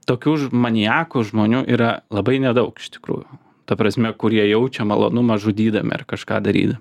tokių maniakų žmonių yra labai nedaug iš tikrųjų ta prasme kurie jaučia malonumą žudydami ar kažką darydami